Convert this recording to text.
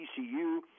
TCU